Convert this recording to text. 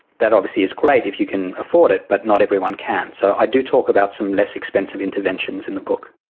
that obviously is great if you can afford it, but not everyone can. so i do talk about some less expensive interventions in the book.